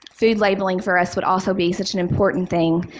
food labeling for us would also be such an important thing.